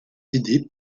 aidée